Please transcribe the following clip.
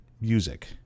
music